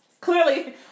Clearly